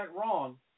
wrong